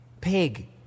Pig